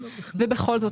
ובכל זאת,